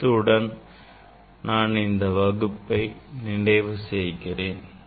இத்துடன் நான் இன்றைய வகுப்பை நிறைவு செய்கிறேன்